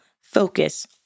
focus